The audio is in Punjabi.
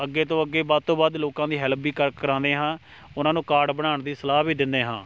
ਅੱਗੇ ਤੋਂ ਅੱਗੇ ਵੱਧ ਤੋਂ ਵੱਧ ਲੋਕਾਂ ਦੀ ਹੈਲਪ ਵੀ ਕਰ ਕਰਵਾਉਂਦੇ ਹਾਂ ਉਹਨਾਂ ਨੂੰ ਕਾਰਡ ਬਣਾਉਣ ਦੀ ਸਲਾਹ ਵੀ ਦਿੰਦੇ ਹਾਂ